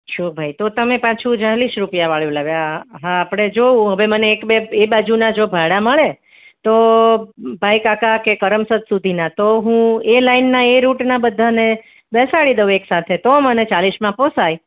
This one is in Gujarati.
જો ભાઈ તમે તો પાછું ચાલીસ રૂપિયા વાળું લાવ્યા હા આપણે જોઉં હવે મને એક બે એ બાજુનાં જો ભાડાં મળે તો ભાઈકાકા કે કરમસદ સુધીનાં તો હું એ લાઈનનાં એ રૂટનાં બધાને બેસાડી દઉં એક સાથે તો મને ચાલીસમાં પોસાય